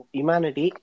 humanity